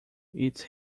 eats